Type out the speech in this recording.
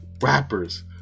Rappers